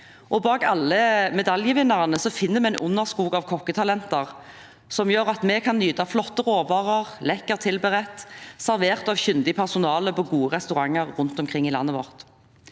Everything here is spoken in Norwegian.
Bak alle medaljevinnerne finner vi en underskog av kokketalenter, som gjør at vi kan nyte flotte råvarer, lekkert tilberedt og servert av kyndig personale på gode restauranter rundt omkring i landet vårt.